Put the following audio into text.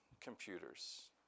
computers